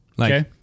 Okay